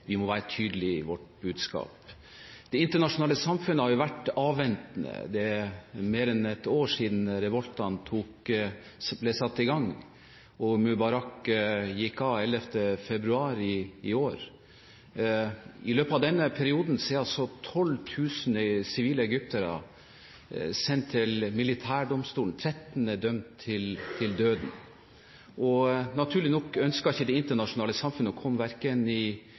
vi må være tydelige i vårt budskap. Det internasjonale samfunnet har vært avventende. Det er mer enn ett år siden revoltene ble satt i gang, og Mubarak gikk av 11. februar i år. I løpet av denne perioden er altså 12 000 sivile egyptere sendt til militærdomstolen, og 13 er dømt til døden. Naturlig nok ønsker ikke det internasjonale samfunnet å komme i konflikt verken